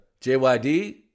JYD